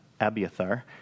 Abiathar